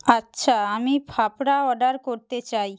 আচ্ছা আমি ফাফড়া অর্ডার করতে চাই